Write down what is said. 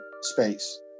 space